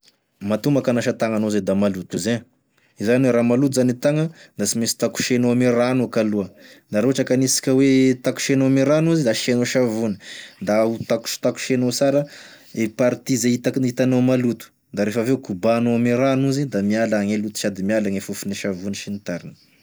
Matoa mako magnasa tagna anao zay da maloto izy ein, zany oe raha maloto zany e tagna da sy mainsy takosenao ame rano eky aloa, da raha ohatry ka aniasika oe takosenao ame rano izy da asianao savony, da otak- takosehanao tsara e party zay hitak- gn'itanao maloto da refaveo kobànao ame rano izy da miala agny e loto sady miala gne fofon'ny savony sy ny tariny.